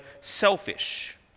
selfish